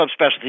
subspecialty